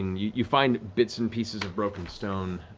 you find bits and pieces of broken stone,